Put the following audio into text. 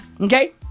Okay